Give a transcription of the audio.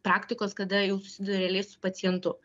praktikos kada jau susiduria realiai su pacientu